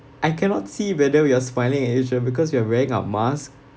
I cannot see whether we are smiling at each other because we are wearing a mask